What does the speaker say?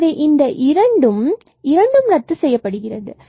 எனவே இந்த இரண்டு இரண்டும் ரத்து செய்யப்படுகிறது